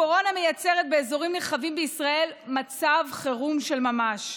הקורונה מייצרת באזורים נרחבים בישראל מצב חירום של ממש.